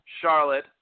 Charlotte